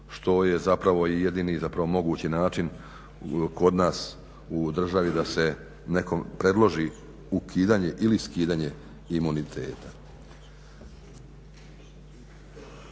što je zapravo i jedini zapravo mogući način kod nas u državi da se nekom predloži ukidanje ili skidanje imuniteta.